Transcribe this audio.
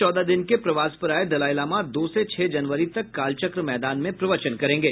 चौदह दिन के प्रवास पर आये दलाईलामा दो से छह जनवरी तक कालचक्र मैदान में प्रवचन करेंगे